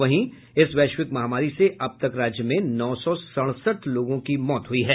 वहीं इस वैश्विक महामारी से अब तक राज्य में नौ सौ सड़सठ लोगों की मौत हुई है